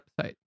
website